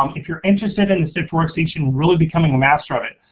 um if you're interested in the sift workstation, really becoming a master of it,